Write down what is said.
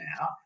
now